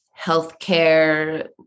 healthcare